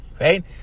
right